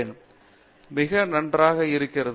பேராசிரியர் பிரதாப் ஹரிதாஸ் மிக நன்றாக இருக்கிறது